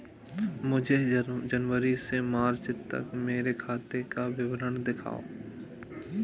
मुझे जनवरी से मार्च तक मेरे खाते का विवरण दिखाओ?